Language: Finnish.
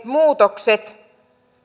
muutokset